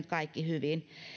kaikki hyvin